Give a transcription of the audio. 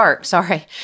Sorry